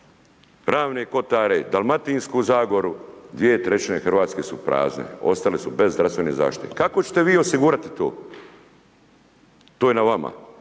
Ravne Kotare, Dalmatinsku zagoru, dvije trećine Hrvatske su prazne, ostale su bez zdravstvene zaštite. Kako ćete vi osigurati to to je na vama,